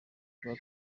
twa